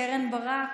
קרן ברק,